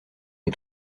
est